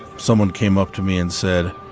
someone came up to me and said,